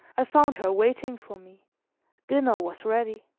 i found her waiting for me dinner was ready.